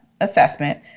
assessment